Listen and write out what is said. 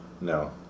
No